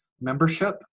membership